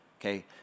Okay